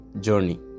journey